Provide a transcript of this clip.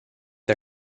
der